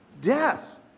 death